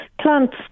Plants